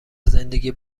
زندگی